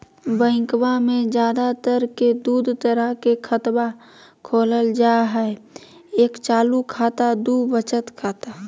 बैंकवा मे ज्यादा तर के दूध तरह के खातवा खोलल जाय हई एक चालू खाता दू वचत खाता